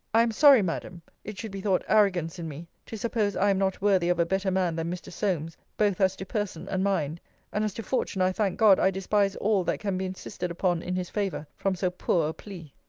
i am sorry, madam, it should be thought arrogance in me, to suppose i am not worthy of a better man than mr. solmes, both as to person and mind and as to fortune, i thank god i despise all that can be insisted upon in his favour from so poor a plea.